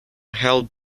held